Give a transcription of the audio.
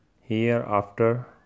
hereafter